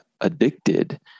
addicted